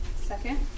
Second